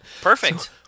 Perfect